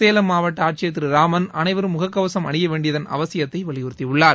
சேலம் மாவட்ட ஆட்சியர் திரு ராமன் அனைவரும் முகக்கவசம் அனிய வேண்டியதன் அவசியத்தை வலிபுறுத்தியுள்ளார்